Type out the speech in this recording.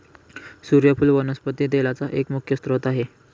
सुर्यफुल वनस्पती तेलाचा एक मुख्य स्त्रोत आहे